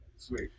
Sweet